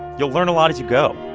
you'll learn a lot as you go